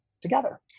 together